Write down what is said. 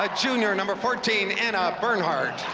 ah junior, number fourteen, anna bernhardt.